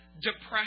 depression